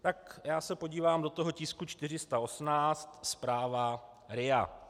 Tak já se podívám do toho tisku 418, zpráva RIA.